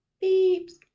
Beep's